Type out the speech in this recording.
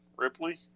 Ripley